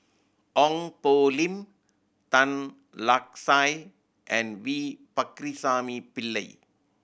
Ong Poh Lim Tan Lark Sye and V Pakirisamy Pillai